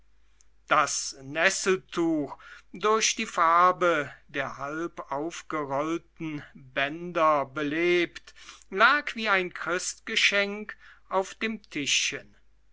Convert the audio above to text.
das nesseltuch durch die farbe der halb aufgerollten bänder belebt lag wie ein christgeschenk auf dem tischchen